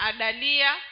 Adalia